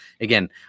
again